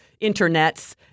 internets